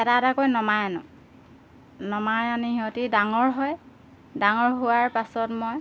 এটা এটাকৈ নমাই আনো নমাই আনি সিহঁতি ডাঙৰ হয় ডাঙৰ হোৱাৰ পাছত মই